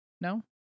no